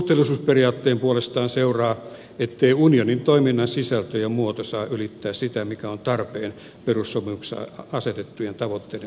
suhteellisuusperiaatteesta puolestaan seuraa etteivät unionin toiminnan sisältö ja muoto saa ylittää sitä mikä on tarpeen perussopimuksessa asetettujen tavoitteiden saavuttamiseksi